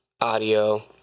audio